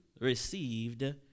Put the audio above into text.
received